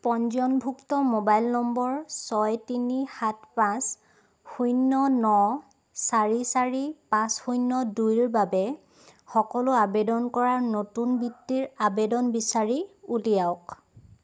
পঞ্জীয়নভুক্ত mobile number ছয় তিনি সাত পাঁচ শূন্য ন চাৰি চাৰি পাঁচ শূন্য দুইৰ বাবে সকলো আবেদন কৰা নতুন বৃত্তিৰ আবেদন বিচাৰি উলিয়াওক